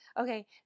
okay